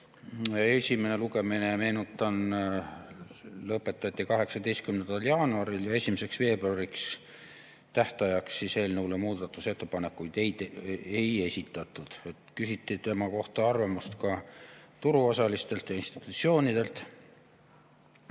Esimene lugemine, meenutan, lõpetati 18. jaanuaril ja 1. veebruariks, tähtajaks, eelnõu kohta muudatusettepanekuid ei esitatud. Küsiti arvamust ka turuosalistelt ja institutsioonidelt.